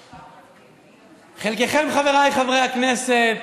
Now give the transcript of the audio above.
חלקכם, חבריי חברי הכנסת,